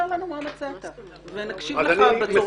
ונקשיב לך.